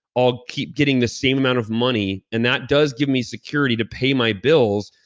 i'll keep getting the same amount of money and that does give me security to pay my bills.